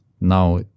now